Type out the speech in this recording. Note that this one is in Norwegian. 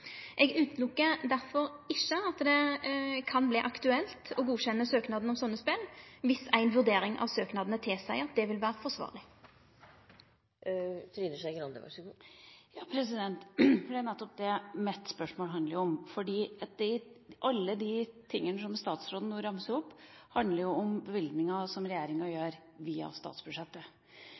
Eg ser derfor ikkje bort frå at det kan verte aktuelt å godkjenne søknader om sånne spel, viss ei vurdering av søknadene tilseier at det vil vere forsvarleg. Det er nettopp det mitt spørsmål handler om, for alle de tingene som statsråden nå ramser opp, handler om bevilginger som regjeringa gjør via statsbudsjettet